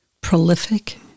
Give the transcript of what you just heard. prolific